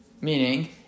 Meaning